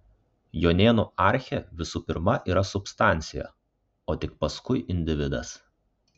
jonėnų archė visų pirma yra substancija o tik paskui individas